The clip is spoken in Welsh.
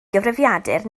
gyfrifiadur